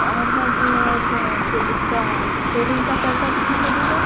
और मैम इन फ़िर इसका थ्रेडिंग का पैसा कितना लगेगा